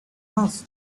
mass